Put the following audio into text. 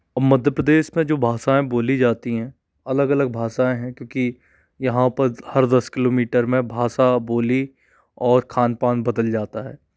मध्य प्रदेश में जो भाषाएं बोली जाती हैं अलग अलग भाषाएं हैं क्योंकि यहाँ पर हर दस किलोमीटर में भाषा बोली और खान पान बदल जाता है